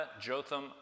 Jotham